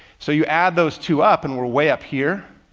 so you add those two up and we're way up here.